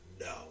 No